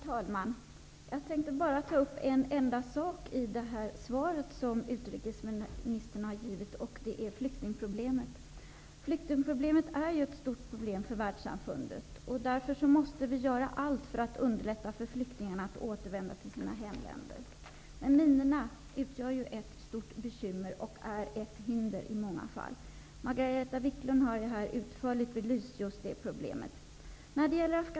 Herr talman! Jag tänkte bara ta upp en enda sak i det svar som utrikesministern har lämnat. Det är flyktingproblemet. Flyktingproblemet är ett stort problem för världssamfundet, därför måste vi göra allt för att underlätta för flyktingarna att återvända till sina hemländer. Men minorna utgör ett stort bekymmer och är ett hinder i många fall. Margareta Viklund har utförligt belyst just de problemen.